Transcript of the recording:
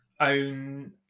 own